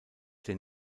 den